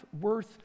worth